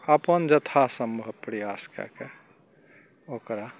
अपन जथा सम्भब प्रयास कए कऽ ओकरा